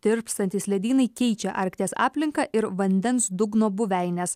tirpstantys ledynai keičia arkties aplinką ir vandens dugno buveines